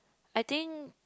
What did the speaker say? I think